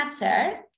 matter